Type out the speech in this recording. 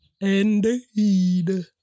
Indeed